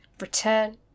return